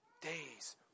days